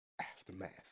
Aftermath